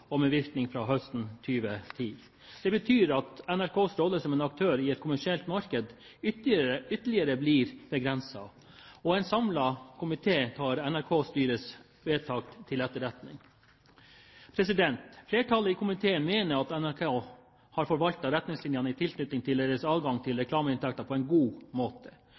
mars, med virkning fra høsten 2010. Det betyr at NRKs rolle som aktør i et kommersielt marked blir ytterligere begrenset. En samlet komité tar NRK-styrets vedtak til etterretning. Flertallet i komiteen mener at NRK har forvaltet retningslinjene for adgangen til reklameinntekter på en god måte.